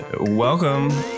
Welcome